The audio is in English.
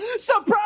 Surprise